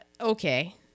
Okay